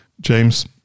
James